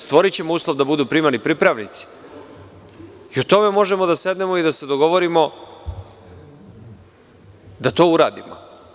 Stvorićemo uslov da budu primani pripravnici i o tome možemo da sednemo i da se dogovorimo, da to uradimo.